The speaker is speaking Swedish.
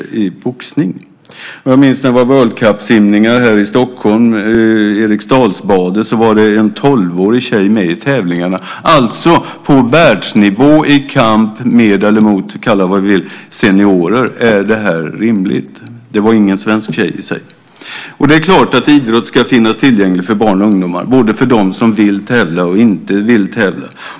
När det var World Cup-simningar på Eriksdalsbadet här i Stockholm var, minns jag, en tolvårig tjej med i tävlingarna, alltså på världsnivå i kamp med, eller mot - kalla det vad ni vill - seniorer. Är detta rimligt? I och för sig var det inte en svensk tjej. Det är klart att idrott ska finnas tillgänglig för barn och ungdomar, både för dem som vill tävla och för dem som inte vill tävla.